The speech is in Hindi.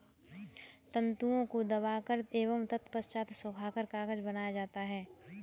तन्तुओं को दबाकर एवं तत्पश्चात सुखाकर कागज बनाया जाता है